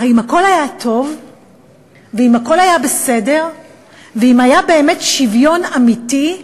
הרי אם הכול היה טוב ואם הכול היה בסדר ואם היה באמת שוויון אמיתי,